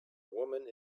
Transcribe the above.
woman